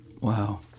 Wow